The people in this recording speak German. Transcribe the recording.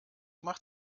macht